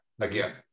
again